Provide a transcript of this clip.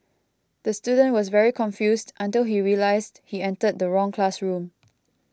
the student was very confused until he realised he entered the wrong classroom